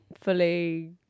fully